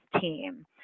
team